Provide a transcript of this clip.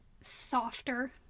softer